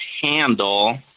handle